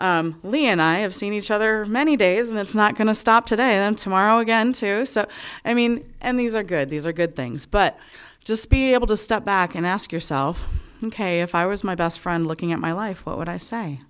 and i have seen each other many days and it's not going to stop today and tomorrow again too so i mean and these are good these are good things but just be able to step back and ask yourself ok if i was my best friend looking at my life what would i say